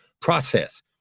process